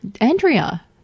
Andrea